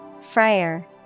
Friar